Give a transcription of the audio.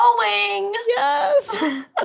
Yes